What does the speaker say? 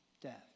Death